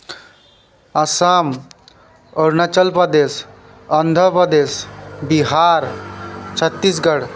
Assam Arunachal Pradesh Andhra Pradesh Bihar Chhattisgarh